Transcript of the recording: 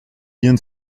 vient